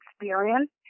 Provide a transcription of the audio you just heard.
experience